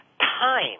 time